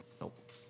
Nope